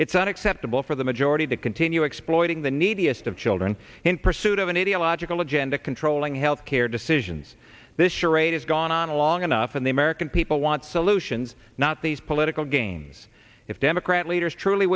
it's not acceptable for the majority to continue exploiting the neediest of children in pursuit of an ideological agenda controlling healthcare decisions this charade has gone on long enough and the american people want solutions not these political games if democrat leaders truly